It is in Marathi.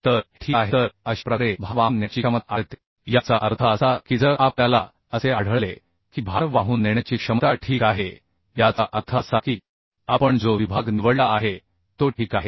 तर हे ठीक आहे तर अशा प्रकारे भार वाहून नेण्याची क्षमता आढळते याचा अर्थ असा की जर आपल्याला असे आढळले की भार वाहून नेण्याची क्षमता ठीक आहे याचा अर्थ असा की आपण जो विभाग निवडला आहे तो ठीक आहे